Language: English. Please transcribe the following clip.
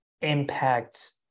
impact